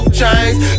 chains